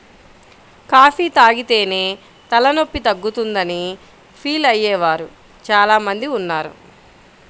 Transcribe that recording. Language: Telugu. కాఫీ తాగితేనే తలనొప్పి తగ్గుతుందని ఫీల్ అయ్యే వారు చాలా మంది ఉన్నారు